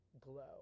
glow